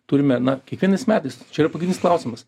turime na kiekvienais metais čia yra pagrindinis klausimas